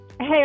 Hey